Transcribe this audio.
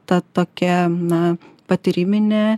ta tokia na patyriminė